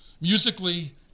musically